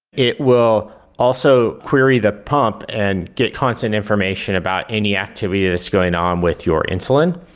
it will also query the pump and get constant information about any activity that's going on with your insulin.